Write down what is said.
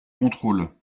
contrôle